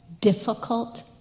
difficult